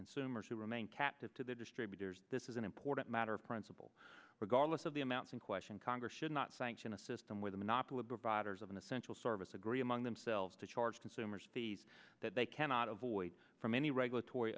consumers who remain captive to the distributors this is an important matter of principle regardless of the amounts in question congress should not sanction a system where the monopoly providers of an essential service agree among themselves to charge consumers these that they cannot avoid from any regulatory